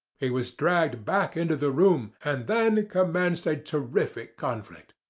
he was dragged back into the room, and then commenced a terrific conflict.